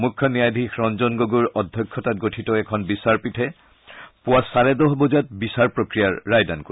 মূখ্য ন্যায়াধীশ ৰঞ্জন গগৈৰ অধ্যক্ষতাত গঠিত এখন বিচাৰপীঠে পূৱা চাৰে দহ বজাত বিচাৰ প্ৰক্ৰিয়াৰ ৰায় প্ৰদান কৰিব